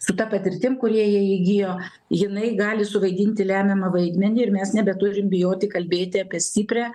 su ta patirtim kurią jie įgijo jinai gali suvaidinti lemiamą vaidmenį ir mes nebeturim bijoti kalbėti apie stiprią